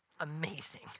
amazing